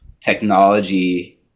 technology